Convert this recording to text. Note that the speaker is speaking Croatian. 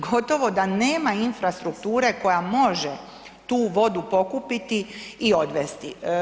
Gotovo da nema infrastrukture koja može tu vodu pokupiti i odvesti.